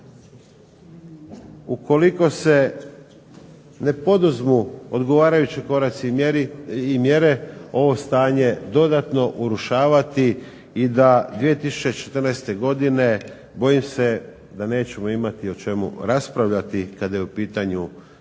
ukoliko se ne poduzmu odgovarajući koraci i mjere ovo stanje dodatno urušavati i da 2014. godine bojim se da nećemo imati o čemu raspravljati kada je u pitanju